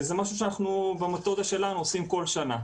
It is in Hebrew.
וזה משהו שבמתודה שלנו אנחנו עושים בכל שנה.